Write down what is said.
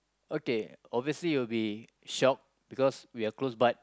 okay obviously it will be shock because we are close bud